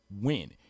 win